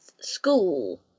school